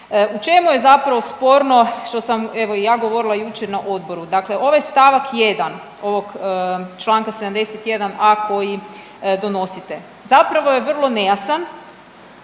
U čemu je zapravo sporno što sam evo i ja govorila jučer na odboru. Dakle, ovaj stavak 1. ovog Članka 71a. koji donosite zapravo je vrlo nejasan